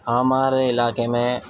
ہمارے علاقے میں